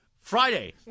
friday